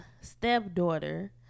stepdaughter